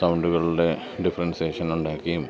സൗണ്ടുകളുടെ differentiation ഉണ്ടാക്കിയും